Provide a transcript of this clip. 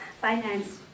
finance